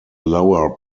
lower